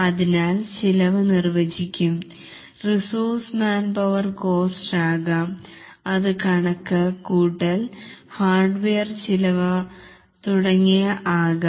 അതിനാൽ ചിലവ് നിർവചിക്കും റിസോഴ്സ് മാൻപവർ കോസ്റ്റ് ആകാം അത് കണക്ക് കൂട്ടൽ ഹാർഡ്വെയർ ചിലവ് തുടങ്ങിയവ ആകാം